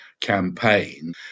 campaign